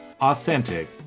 authentic